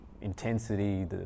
intensity